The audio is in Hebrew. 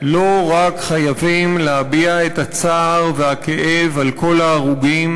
לא רק חייבים להביע את הצער והכאב על כל ההרוגים,